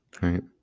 right